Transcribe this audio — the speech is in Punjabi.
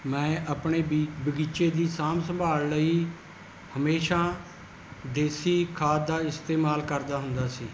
ਮੈਂ ਆਪਣੇ ਬੀ ਬਗੀਚੇ ਦੀ ਸਾਂਭ ਸੰਭਾਲ ਲਈ ਹਮੇਸ਼ਾ ਦੇਸੀ ਖਾਦ ਦਾ ਇਸਤੇਮਾਲ ਕਰਦਾ ਹੁੰਦਾ ਸੀ